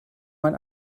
man